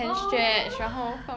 orh